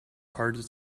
hard